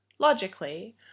Logically